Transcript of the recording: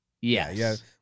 Yes